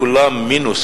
כולם מינוס,